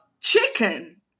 chicken